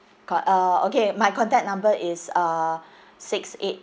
got uh okay my contact number is uh six eight